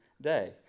day